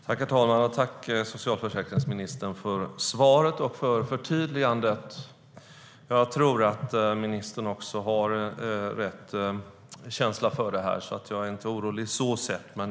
Herr talman! Tack, socialförsäkringsministern, för svaret och för förtydligandet. Jag tror att ministern har rätt känsla för detta. Jag är inte orolig på så sätt.